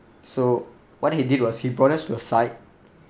so what he did was he brought us to a site